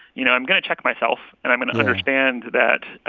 you know, i'm going to check myself. and i'm going to understand that